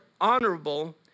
honorable